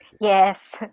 Yes